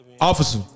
Officer